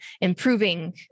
improving